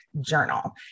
journal